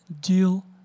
deal